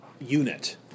unit